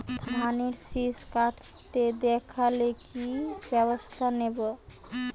ধানের শিষ কাটতে দেখালে কি ব্যবস্থা নেব?